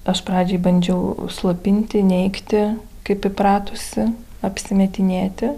aš pradžiai bandžiau užslopinti neigti kaip įpratusi apsimetinėti